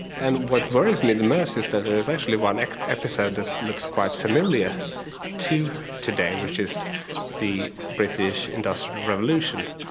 and what worries me the most is that there is actually one episode that looks quite familiar to today, which is the british industrial revolution,